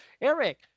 Eric